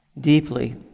deeply